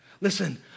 listen